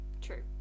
True